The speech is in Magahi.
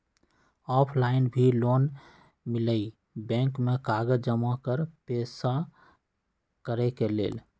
ऑफलाइन भी लोन मिलहई बैंक में कागज जमाकर पेशा करेके लेल?